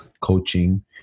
coaching